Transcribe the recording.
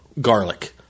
Garlic